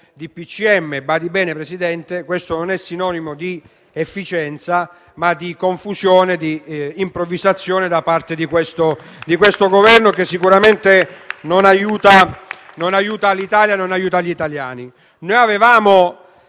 ministri. Badi bene, Presidente: questo non è sinonimo di efficienza, ma di confusione, di improvvisazione da parte di questo Governo, che sicuramente non aiuta l'Italia, non aiuta gli italiani.